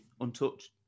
untouched